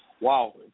wow